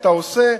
אתה עושה,